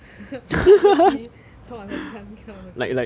check answer key 抽 answer key 看看 answer key